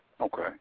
Okay